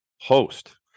host